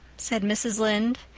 said mrs. lynde.